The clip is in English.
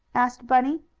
asked bunny.